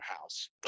house